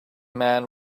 man